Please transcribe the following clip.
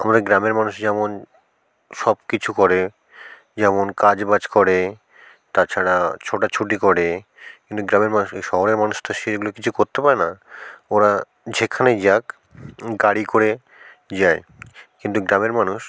অনেক গ্রামের মানুষই যেমন সবকিছু করে যেমন কাজ বাজ করে তাছাড়া ছোটাছুটি করে কিন্তু গ্রামের মানুষ শহরের মানুষ তো সেইগুলো কিছু করতে পারে না ওরা যেখানেই যাক গাড়ি করে যায় কিন্তু গ্রামের মানুষ